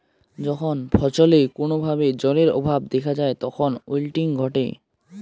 যখন ফছলে কোনো ভাবে জলের অভাব দেখা যায় তখন উইল্টিং ঘটে